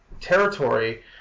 territory